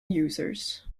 users